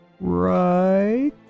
right